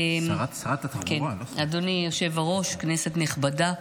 אדוני היושב-ראש, כנסת נכבדה,